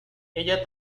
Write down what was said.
ella